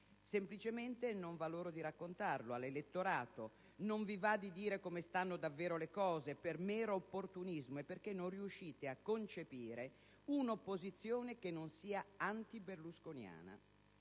Semplicemente, non vi va di raccontarlo all'elettorato, o di dire come stanno davvero le cose, per mero opportunismo e perché non riuscite a concepire un'opposizione che non sia antiberlusconiana.